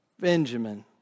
Benjamin